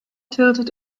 tilted